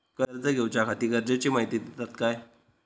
कर्ज घेऊच्याखाती गरजेची माहिती दितात काय?